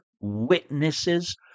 witnesses